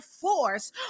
force